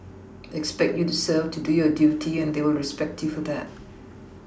expect you to serve to do your duty and they will respect you for that